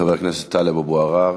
חבר הכנסת טלב אבו עראר,